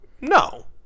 no